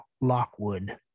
Lockwood